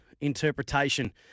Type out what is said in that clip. interpretation